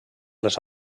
les